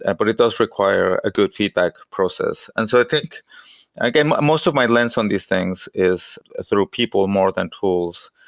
and but it does require a good feedback process. and so i think again, most of my lens on these things is through people more than tools.